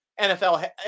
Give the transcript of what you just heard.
NFL